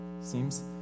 seems